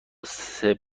سرچ